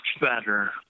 better